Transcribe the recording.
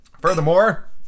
Furthermore